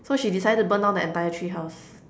so she decided to burn down the entire treehouse